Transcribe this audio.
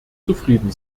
zufrieden